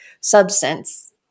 substance